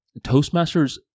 Toastmasters